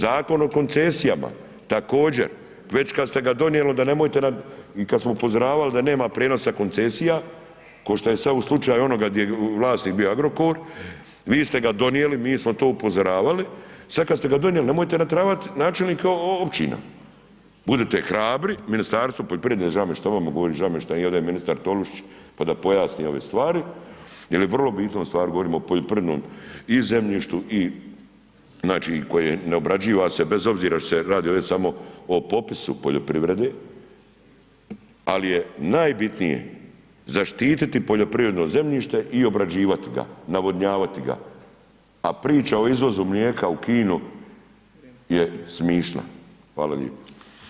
Zakon o koncesijama, također, već kad ste ga donijeli, onda nemojte nam i kad smo upozoravali da nema prijenosa koncesija kao što je sad u slučaju onoga di je vlasnik bio Agrokor, vi ste ga donijeli, mi smo to upozoravali, sad ka ste ga donijeli, nemojte nateravat načelnika općina, budite hrabri, Ministarstvo poljoprivrede, žao mi je vama govorim, žao mi je što nije ovdje ministar Tolušić pa da pojasni ove stvari jer je vrlo bitno ustvari, govorimo o poljoprivredom i zemljištu i znači koje ne obrađiva se bez obzira što se radi ovdje samo o popisu poljoprivrede ali je najbitnije zaštititi poljoprivredno zemljište i obrađivati ga, navodnjavati ga a priča o izvozu mlijeka u Kinu je smiješna, hvala lijepa.